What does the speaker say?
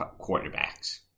quarterbacks